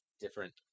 different